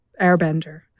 Airbender